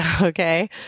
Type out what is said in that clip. Okay